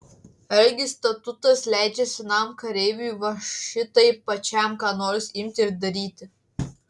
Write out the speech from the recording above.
argi statutas leidžia senam kareiviui va šitaip pačiam ką nors imti ir daryti